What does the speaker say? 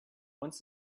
once